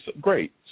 Great